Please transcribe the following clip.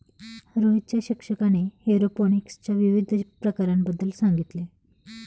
रोहितच्या शिक्षकाने एरोपोनिक्सच्या विविध प्रकारांबद्दल सांगितले